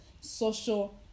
social